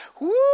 Woo